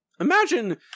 Imagine